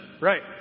Right